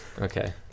okay